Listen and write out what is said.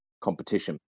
competition